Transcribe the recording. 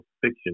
fiction